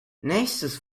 nächstes